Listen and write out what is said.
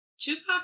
Tupac